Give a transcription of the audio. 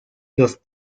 los